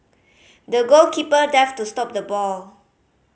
the goalkeeper dived to stop the ball